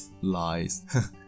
lies